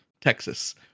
Texas